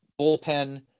bullpen